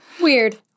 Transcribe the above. Weird